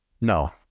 No